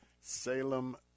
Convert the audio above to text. Salem